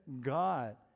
God